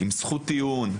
עם זכות טיעון.